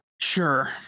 Sure